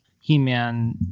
He-Man